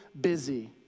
busy